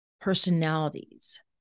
personalities